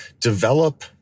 develop